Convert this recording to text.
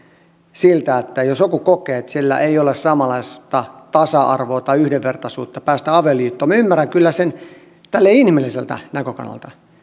siltä kannalta että joku kokee ettei hänellä ole samanlaista tasa arvoa tai yhdenvertaisuutta päästä avioliittoon minä ymmärrän kyllä sen näin inhimilliseltä näkökannalta